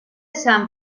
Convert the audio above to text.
sant